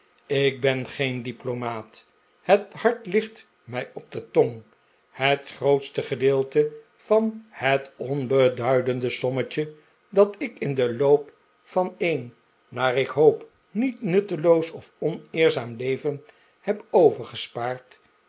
ik ben geen diplomaat het hart ligt mij op de tong het grootste gedeelte van het onbeduidende sommetje dat ik in den loop van een naar ik hoop niet nutteloos of oneerzaam leven heb